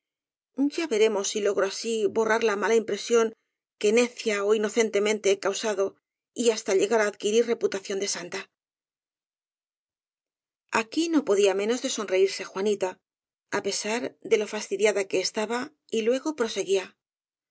ya veremos si logro así borrar la mala impresión v que necia ó inocentemente he causado y hasta lle gar á adquirir reputación de santa aquí no podía menos de sonreírse juanita á pesar de lo fastidiada que estaba y luego proseguía